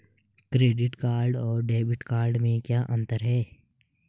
Credit card और debit card में क्या अंतर है?